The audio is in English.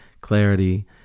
clarity